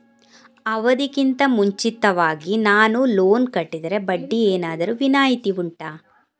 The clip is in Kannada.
ಅವಧಿ ಗಿಂತ ಮುಂಚಿತವಾಗಿ ನಾನು ಲೋನ್ ಕಟ್ಟಿದರೆ ಬಡ್ಡಿ ಏನಾದರೂ ರಿಯಾಯಿತಿ ಉಂಟಾ